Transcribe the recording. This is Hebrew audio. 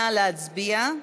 נא להצביע.